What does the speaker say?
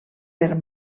per